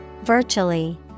Virtually